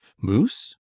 moose